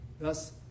Thus